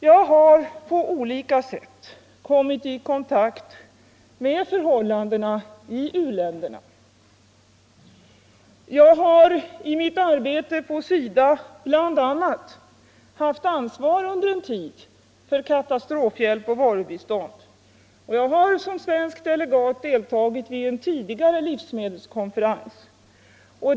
Jag har på olika sätt kommit i kontakt med förhållandena i u-länderna. Jag har bl.a. i mitt arbete på SIDA under en tid haft ansvar för katastrofhjälp och varubistånd, och jag har som svensk delegat deltagit i en tidigare livsmedelskonferens.